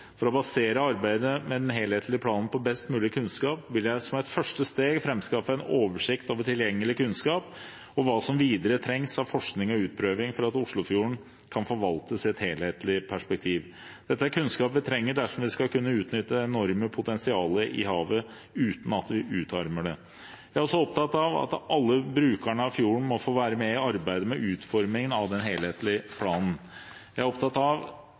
For å basere arbeidet med den helhetlige planen på best mulig kunnskap vil jeg som et første steg framskaffe en oversikt over tilgjengelig kunnskap og hva som videre trengs av forskning og utprøving for at Oslofjorden kan forvaltes i et helhetlig perspektiv. Dette er kunnskap vi trenger dersom vi skal kunne utnytte det enorme potensialet i havet uten at vi utarmer det. Jeg er også opptatt av at alle brukerne av fjorden må få være med i arbeidet med utformingen av den helhetlige planen. Jeg er opptatt av